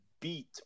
beat